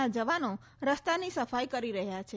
ના જવાનો રસ્તાની સફાઇ કરી રહ્યા છે